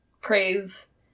praise